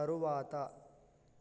తరువాత